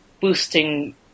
boosting